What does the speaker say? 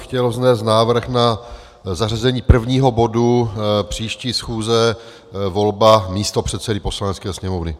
Chtěl bych vznést návrh na zařazení prvního bodu příští schůze volba místopředsedy Poslanecké sněmovny.